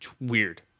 weird